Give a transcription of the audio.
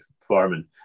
farming